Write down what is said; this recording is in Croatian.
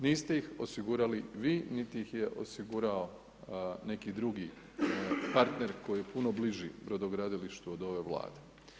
Niste ih osigurali vi niti ih je osigurao neki drugi partner koji je puno bliži brodogradilištu od ove Vlade.